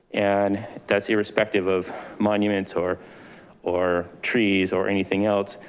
and that's irrespective of monuments or or trees or anything else.